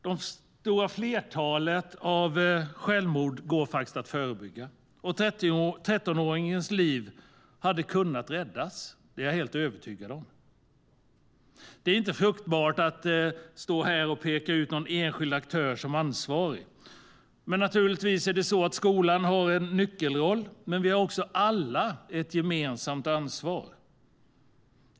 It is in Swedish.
Det stora flertalet självmord går faktiskt att förebygga. 13-åringens liv hade kunnat räddas - det är jag helt övertygad om. Det är inte fruktbart att stå här och peka ut någon enskild aktör som ansvarig. Skolan har naturligtvis en nyckelroll. Men vi har också alla ett gemensamt ansvar.